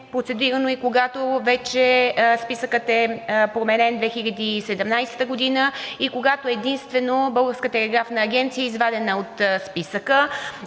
процедирано и когато вече списъкът е променен 2017 г. и когато единствено Българската телеграфна агенция е извадена от списъка.